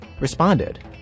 responded